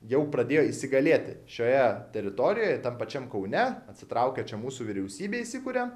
jau pradėjo įsigalėti šioje teritorijoje tam pačiam kaune atsitraukia čia mūsų vyriausybė įsikuria